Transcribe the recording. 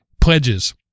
pledges